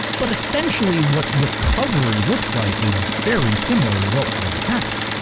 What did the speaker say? but essentially, what recovery looks like is very similar to what we had.